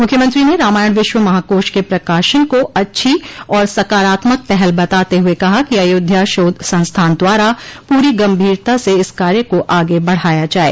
मुख्यमंत्री ने रामायण विश्व महाकोश के प्रकाशन को अच्छी और सकारात्मक पहल बताते हुए कहा कि अयोध्या शोध संस्थान द्वारा पूरी गम्भीरता से इस कार्य को आगे बढ़ाया जाये